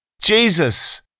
Jesus